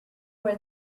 where